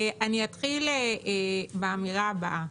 אני אתחיל באמירה הבאה: